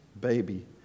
baby